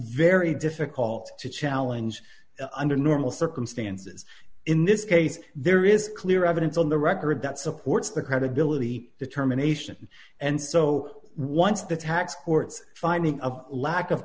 very difficult to challenge under normal circumstances in this case there is clear evidence on the record that supports the credibility determination and so once the tax court's finding of lack of